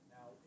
Now